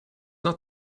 not